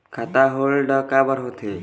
खाता होल्ड काबर होथे?